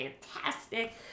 fantastic